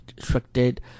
restricted